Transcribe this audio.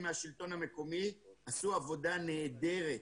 מהשלטון המקומי הם עשו עבודה נהדרת.